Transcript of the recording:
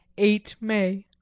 eight may.